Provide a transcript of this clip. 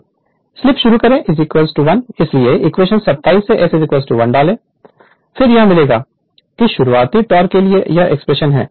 Refer Slide Time 2545 slip शुरू करें 1 इसलिए इक्वेशन 27 से S 1 डालें फिर यह मिलेगा कि शुरुआती टॉर्क के लिए यह एक्सप्रेशन है